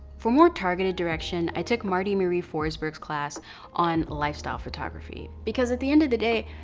for more targeted direction, i took marte marie forsberg's class on lifestyle photography. because at the end of the day,